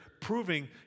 proving